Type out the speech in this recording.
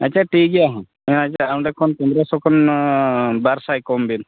ᱟᱪᱪᱷᱟ ᱴᱷᱤᱠ ᱜᱮᱭᱟ ᱦᱮᱸ ᱟᱪᱪᱷᱟ ᱚᱸᱰᱮ ᱠᱷᱚᱱ ᱯᱚᱸᱫᱨᱚᱥᱚ ᱠᱷᱚᱱ ᱵᱟᱨᱥᱟᱭ ᱠᱚᱢ ᱵᱤᱱ